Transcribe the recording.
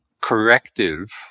corrective